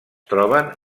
troben